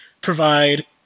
provide